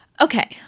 Okay